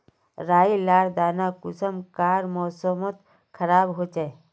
राई लार दाना कुंडा कार मौसम मोत खराब होचए?